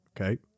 okay